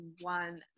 one